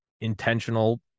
intentional